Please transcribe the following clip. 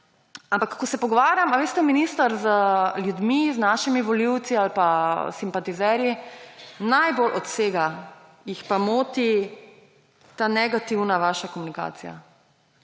Ampak ko se pogovarjam, minister, z ljudmi, z našimi volivci ali pa simpatizerji, najbolj od vsega jih pa moti ta negativna vaša komunikacija.